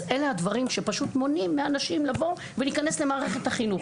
אז אלה הדברים שפשוט מונעים מאנשים לבוא ולהיכנס למערכת החינוך.